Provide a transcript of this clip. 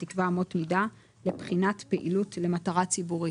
יקבע אמות מידה לבחינת פעילות למטרה ציבורית,"